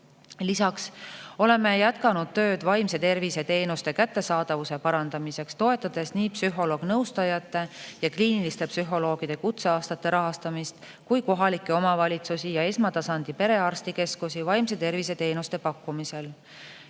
Lisaks oleme jätkanud tööd vaimse tervise teenuste kättesaadavuse parandamiseks, toetades nii psühholoog-nõustajate ja kliiniliste psühholoogide kutseaastate rahastamist kui ka kohalikke omavalitsusi ja esmatasandi perearstikeskusi vaimse tervise teenuste pakkumisel.